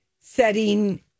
setting